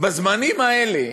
בזמנים האלה,